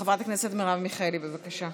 חברת הכנסת מרב מיכאלי, בבקשה.